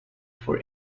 for